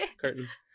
curtains